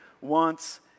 wants